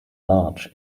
large